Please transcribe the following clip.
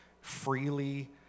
freely